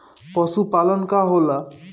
पशुपलन का होला?